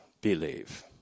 believe